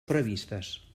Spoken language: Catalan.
previstes